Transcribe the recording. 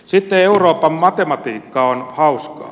sitten euroopan matematiikka on hauskaa